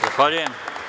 Zahvaljujem.